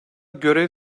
görev